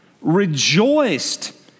rejoiced